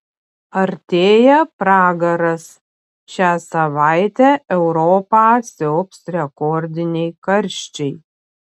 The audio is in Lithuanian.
artėja pragaras šią savaitę europą siaubs rekordiniai karščiai